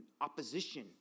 opposition